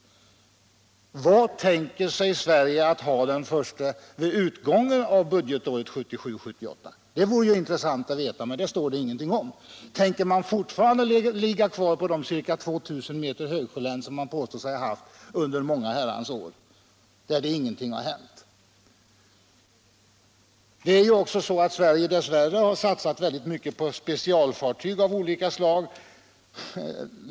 Men vad tänker sig Sverige att ha vid utgången av budgetåret 1977/78? Det vore intressant att få veta, men det står ingenting om det. Tänker man fortfarande ligga kvar på de ca 2 000 meter högsjölänsor man påstår sig haft under många herrans år och där det ingenting hänt? Det är ju också så att Sverige dess värre satsat väldigt mycket på specialfartyg av olika slag.